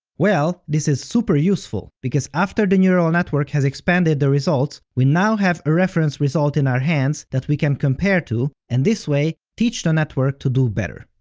well, this is super useful because after the neural network has expanded the results, we now have a reference result in our hands that we can compare to and this way, teach the network to do better.